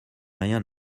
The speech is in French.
rien